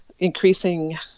increasing